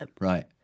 right